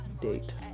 date